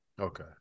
Okay